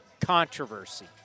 controversy